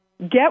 Get